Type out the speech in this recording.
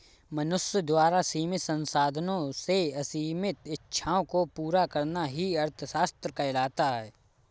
मनुष्य द्वारा सीमित संसाधनों से असीमित इच्छाओं को पूरा करना ही अर्थशास्त्र कहलाता है